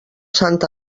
sant